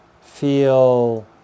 feel